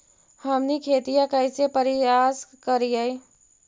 हमनी खेतीया कइसे परियास करियय?